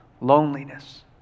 loneliness